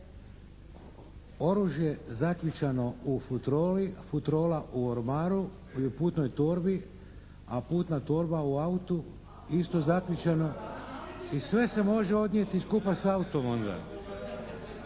oružje zaključano u futroli, futrola u ormaru i u putnoj torbi, a putna torba u autu isto zaključana i sve se može odnijeti skupa s autom molim